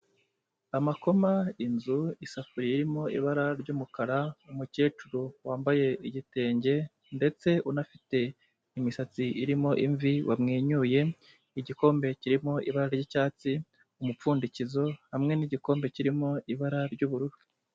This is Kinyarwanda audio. Amakoma, inzu, isafuriya irimo ibara ry'umukara, umukecuru wambaye igitenge, ndetse unafite imisatsi irimo imvi wamwenyuye, igikombe kirimo ibara ry'icyatsi, umupfundikizo, hamwe n'igikombe kirimo ibara ry'ubururu.